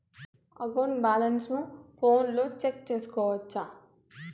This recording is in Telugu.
అకౌంట్ బ్యాలెన్స్ ఫోనులో చెక్కు సేసుకోవచ్చా